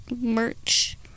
merch